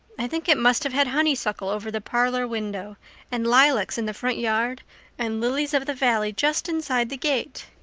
i think it must have had honeysuckle over the parlor window and lilacs in the front yard and lilies of the valley just inside the gate.